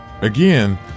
Again